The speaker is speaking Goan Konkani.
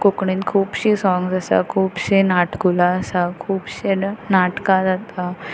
कोंकणीन खुबशीं सोंग्स आसा खुबशे नाटकुलां आसा खुबशे नाटकां जाता